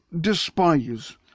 despise